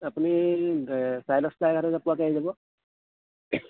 আপুনি চাৰে দহটা এঘাৰটা বজাত পোৱাকৈ আহি যাব